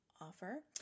offer